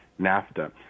NAFTA